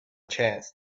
chance